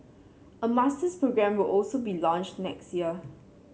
a masters programme will also be launched next year